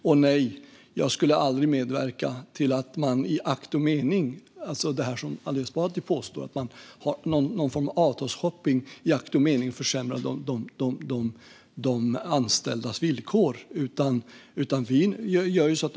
Och nej, jag skulle aldrig medverka till att man, som Ali Esbati påstår, ägnade sig åt någon form av avtalsshopping i akt och mening att försämra de anställdas villkor.